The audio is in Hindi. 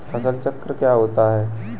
फसल चक्र क्या होता है?